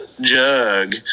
Jug